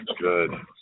good